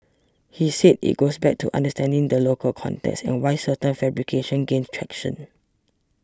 he said it goes back to understanding the local context and why certain fabrications gain traction